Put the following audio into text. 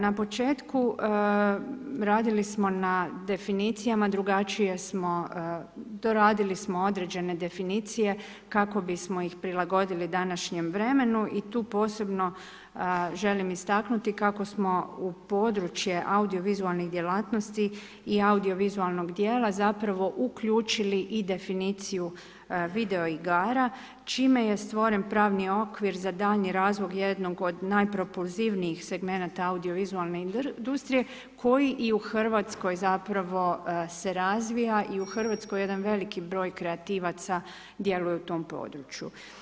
Na početku radili smo na definicijama, drugačije smo to radili smo određene definicije, kako bismo ih prilagodili današnjem vremenu i tu posebno želim istaknuti kako smo u područje audiovizualnih djelatnosti i audiovizualnih dijela zapravo uključili i definiciju videoigara, čime je stvoren pravni okvir za daljnji razvoj jednog od najpropulzivnijih segmenata audiovizualne industrije koji i u Hrvatskoj zapravo se razvija i u Hrvatskoj jedan veliki broj kreativaca djeluju u tom području.